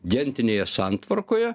gentinėje santvarkoje